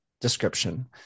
description